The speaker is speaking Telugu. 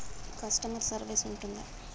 కస్టమర్ సర్వీస్ ఉంటుందా?